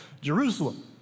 Jerusalem